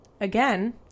again